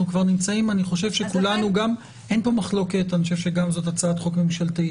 זו הצעת חוק ממשלתית,